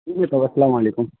ٹھیک ہے تب السلام علیکم